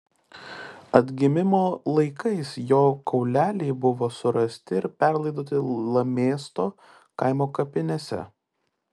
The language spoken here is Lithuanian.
atgimimo laikais jo kauleliai buvo surasti ir perlaidoti lamėsto kaimo kapinėse